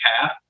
half